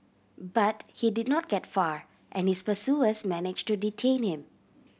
but he did not get far and his pursuers manage to detain him